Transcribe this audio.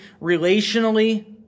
relationally